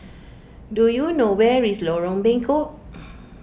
do you know where is Lorong Bengkok